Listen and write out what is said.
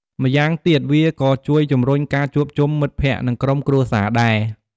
ម៉្យាងទៀតវាក៏ជួយជំរុញការជួបជុំមិត្តភក្តិ និងក្រុមគ្រួសារដែរ។